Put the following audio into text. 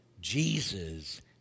Jesus